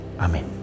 Amen